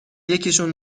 یکیشون